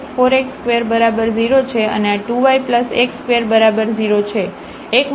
2 y4 x2 બરાબર 0 છે અને આ 2 yx2 બરાબર 0 છે એકમાત્ર પોઇન્ટ ફરીથી 0 0 છે